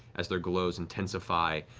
as their glows intensify,